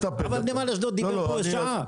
אבל נמל אשדוד דיברו שעה.